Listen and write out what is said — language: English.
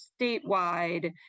statewide